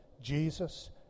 Jesus